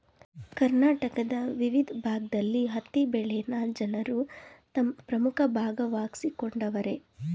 ಕರ್ನಾಟಕದ ವಿವಿದ್ ಭಾಗ್ದಲ್ಲಿ ಹತ್ತಿ ಬೆಳೆನ ಜನರು ತಮ್ ಪ್ರಮುಖ ಭಾಗವಾಗ್ಸಿಕೊಂಡವರೆ